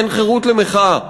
אין חירות למחאה.